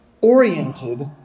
oriented